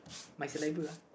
my saliva uh